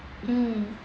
mm